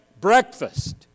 breakfast